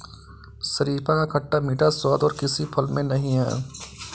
शरीफा का खट्टा मीठा स्वाद और किसी फल में नही है